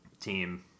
team